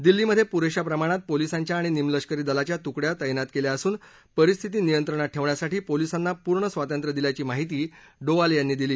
दिल्लीमधे पुरेशा प्रमाणात पोलिसांच्या आणि निमलष्करी दलाच्या तुकड्या तैनात केल्या असून परिस्थिती नियंत्रणात ठेवण्यासाठी पोलीसांना पूर्ण स्वातंत्र्य दिल्याची माहिती डोवाल यांनी दिली